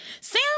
Sam